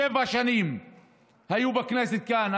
שבע שנים היו בכנסת כאן.